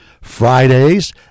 Fridays